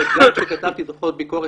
כתבתי דוחות ביקורת.